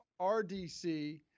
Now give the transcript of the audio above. RDC